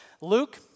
Luke